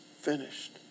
finished